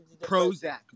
Prozac